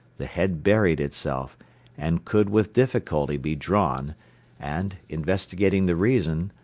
the head buried itself and could with difficulty be drawn and, investigating the reason,